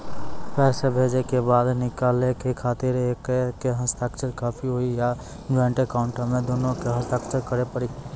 पैसा भेजै के बाद निकाले के खातिर एक के हस्ताक्षर काफी हुई या ज्वाइंट अकाउंट हम्मे दुनो के के हस्ताक्षर करे पड़ी?